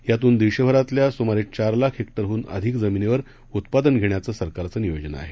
यातून देशभरातल्या सुमारे चार लाख हेक्टरहून अधिक जमीनीवर उत्पादन घेण्याचं सरकारचं नियोजन आहे